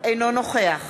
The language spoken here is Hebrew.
אינו נוכח